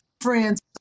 friends